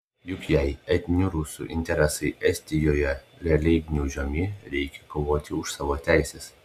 juk jei etninių rusų interesai estijoje realiai gniaužiami reikia kovoti už savo teises